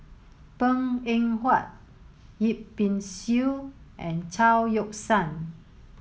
Png Eng Huat Yip Pin Xiu and Chao Yoke San